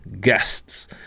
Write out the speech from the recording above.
guests